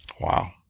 Wow